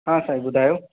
हा साईं ॿुधायो